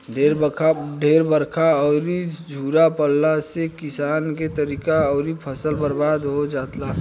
ढेर बरखा अउरी झुरा पड़ला से किसान के तरकारी अउरी फसल बर्बाद हो जाला